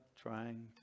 trying